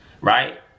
right